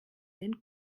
den